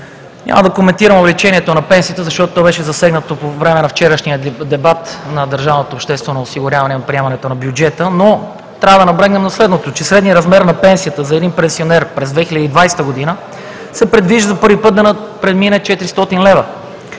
Няма да коментирам увеличението на пенсиите, защото то беше засегнато по време на вчерашния дебат на държавното обществено осигуряване при приемането на бюджета, но трябва да наблегнем на следното: средният размер на пенсията за един пенсионер през 2020 г. се предвижда за първи път да премине 400 лв.